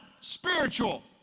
spiritual